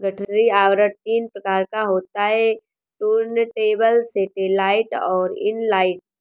गठरी आवरण तीन प्रकार का होता है टुर्नटेबल, सैटेलाइट और इन लाइन